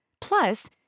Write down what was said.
Plus